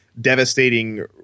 devastating